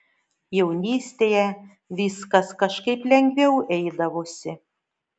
jaunystėje viskas kažkaip lengviau eidavosi